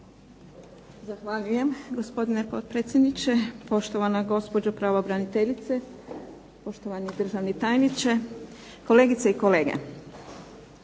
Zahvaljujem gospodine potpredsjedniče, poštovana gospođo pravobraniteljice, poštovani državni tajniče, kolegice i kolege.